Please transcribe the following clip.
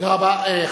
תודה רבה.